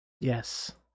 Yes